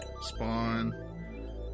Spawn